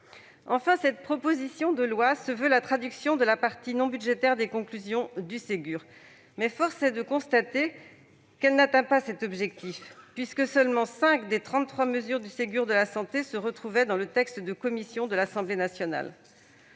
Enfin, cette proposition de loi se veut la traduction de la partie non budgétaire des conclusions du Ségur de la santé. Force est de constater qu'elle n'atteint pas cet objectif, puisque seulement cinq des trente-trois mesures du Ségur se retrouvaient dans le texte de commission de l'Assemblée nationale.